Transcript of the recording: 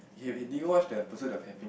okay do you watch the Pursuit of Happ~